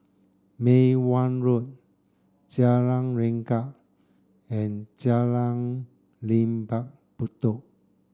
Mei Hwan Road Jalan Renga and Jalan Lembah Bedok